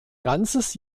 ganzes